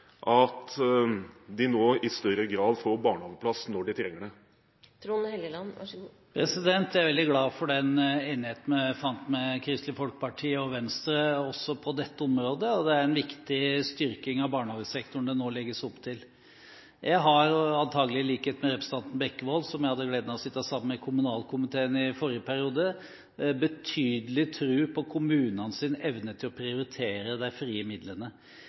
at de nå i større grad får barnehageplass når de trenger det? Jeg er veldig glad for enigheten vi fant fram til med Kristelig Folkeparti og Venstre også på dette området. Det er en viktig styrking av barnehagesektoren det nå legges opp til. Jeg har – antakeligvis i likhet med representanten Bekkevold, som jeg hadde gleden av å sitte sammen med i kommunalkomiteen i forrige periode – betydelig tro på kommunenes evne til å prioritere de frie midlene.